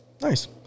Nice